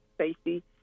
safety